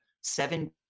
Seven